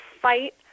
fight